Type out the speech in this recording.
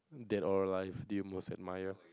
dead or alive do you most admire